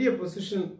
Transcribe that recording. position